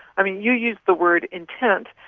i mean, you used the word intent.